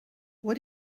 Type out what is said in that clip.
what